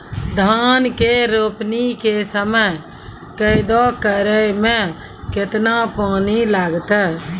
धान के रोपणी के समय कदौ करै मे केतना पानी लागतै?